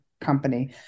company